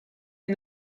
est